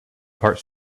part